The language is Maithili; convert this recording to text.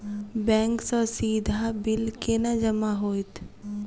बैंक सँ सीधा बिल केना जमा होइत?